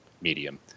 medium